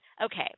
okay